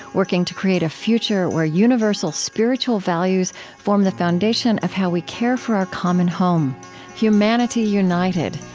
working to create a future where universal spiritual values form the foundation of how we care for our common home humanity united,